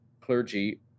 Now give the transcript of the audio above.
clergy